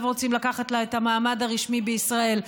רוצים לקחת לה את המעמד הרשמי בישראל?